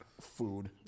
food